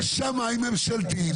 יש שמאי ממשלתי.